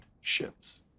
ships